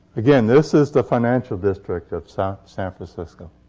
again, this is the financial district of san san francisco.